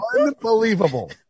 Unbelievable